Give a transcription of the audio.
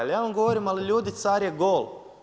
Ali ja vam govorim, ali ljudi, car je gol.